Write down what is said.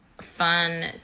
fun